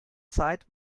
zeit